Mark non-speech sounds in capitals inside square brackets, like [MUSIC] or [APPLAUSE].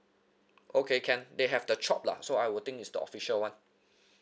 okay can they have the chop lah so I would think it's the official one [BREATH]